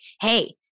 Hey